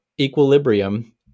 equilibrium